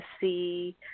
see